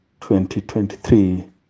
2023